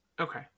Okay